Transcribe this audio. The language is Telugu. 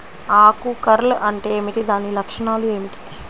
ఆకు కర్ల్ అంటే ఏమిటి? దాని లక్షణాలు ఏమిటి?